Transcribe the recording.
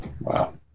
Wow